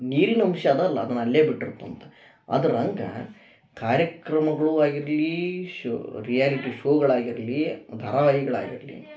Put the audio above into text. ನೀರಿನ ಅಂಶ ಅದಲ್ಲ ಅದನ್ನು ಅಲ್ಲೇ ಬಿಟ್ಟಿರ್ತವಂತೆ ಅದರಂಗೆ ಕಾರ್ಯಕ್ರಮಗಳು ಆಗಿರಲಿ ಶು ರಿಯಾಲಿಟಿ ಶೋಗಳು ಆಗಿರಲಿ ಧಾರಾವಾಹಿಗಳು ಆಗಿರಲಿ